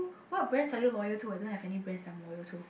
what brands are you loyal to I don't have and brands that I'm loyal to